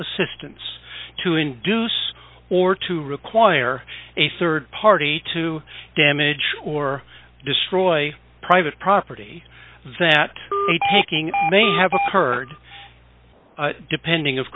assistance to induce or to require a rd party to damage or destroy private property that taking may have occurred depending of